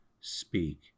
speak